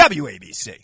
wabc